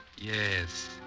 Yes